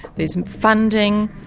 there's funding,